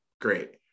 great